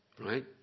right